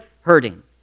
hurting